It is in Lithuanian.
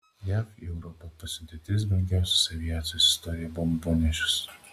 jav į europą pasiuntė tris brangiausius aviacijos istorijoje bombonešius